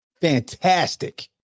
Fantastic